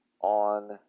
on